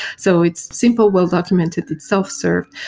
so it's simple, well-documented, it's self-served.